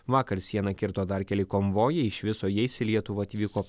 vakar sieną kirto dar keli konvojai iš viso jais į lietuvą atvyko